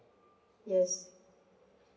yes